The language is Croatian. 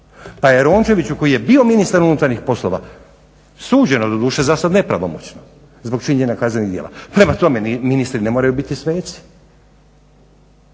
Pa je Rončeviću koji je bio ministar unutarnjih poslova suđeno doduše za sad nepravomoćno zbog činjenja kaznenih djela. Prema tome, ministri ne moraju biti sveci.